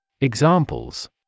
Examples